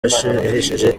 yahesheje